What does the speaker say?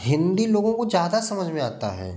हिंदी लोगों को ज्यादा समझ में आता है